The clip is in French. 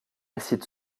cite